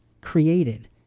created